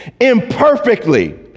imperfectly